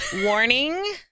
Warning